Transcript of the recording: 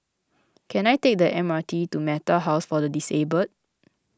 can I take the M R T to Metta House for the Disabled